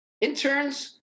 interns